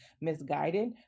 misguided